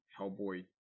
Hellboy